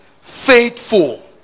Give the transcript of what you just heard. faithful